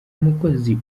mukozi